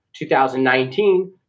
2019